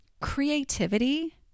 creativity